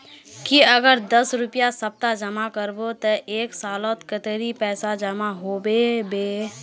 ती अगर दस रुपया सप्ताह जमा करबो ते एक सालोत कतेरी पैसा जमा होबे बे?